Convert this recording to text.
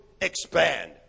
Expand